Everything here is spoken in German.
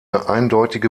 eindeutige